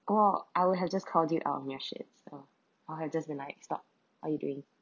orh I would have just call you out on your shit or I just been like stop what you doing